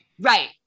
Right